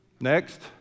Next